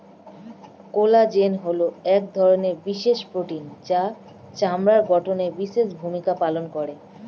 collagen হলো এক ধরনের বিশেষ প্রোটিন যা চামড়ার গঠনে বিশেষ ভূমিকা পালন করে